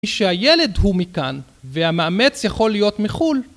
כי שהילד הוא מכאן, והמאמץ יכול להיות מחו"ל